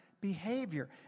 behavior